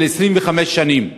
פיגור של 25 שנים.